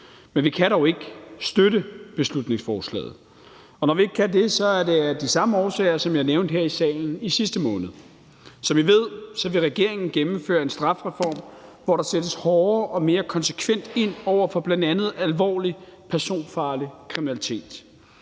men vi kan dog ikke støtte det. Når vi ikke kan det, er det af de samme årsager, som jeg nævnte her i salen i sidste måned. Som I ved, vil regeringen gennemføre en strafreform, hvor der sættes hårdere og mere konsekvent ind over for bl.a. alvorlig personfarlig kriminalitet.